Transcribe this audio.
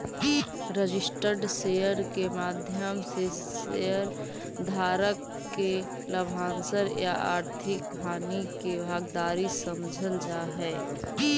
registered share के माध्यम से शेयर धारक के लाभांश या आर्थिक हानि के भागीदार समझल जा हइ